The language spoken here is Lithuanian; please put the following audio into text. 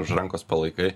už rankos palaikai